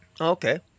Okay